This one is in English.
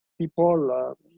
people